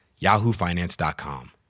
yahoofinance.com